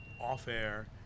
off-air